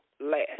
last